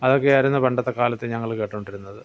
അതൊക്കെയായിരുന്നു പണ്ടത്തെ കാലത്ത് ഞങ്ങള് കേട്ടുകൊണ്ടിരുന്നത്